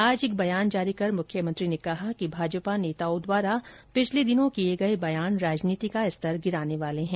आज एक बयान जारी कर मुख्यमंत्री ने कहा कि भाजपा नेताओं द्वारा पिछले दिनों किये गये बयान राजनीति का स्तर गिराने वाले हैं